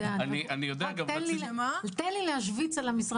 לי להשוויץ במשרד